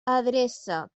adreça